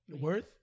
Worth